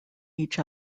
each